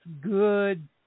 good